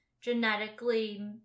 genetically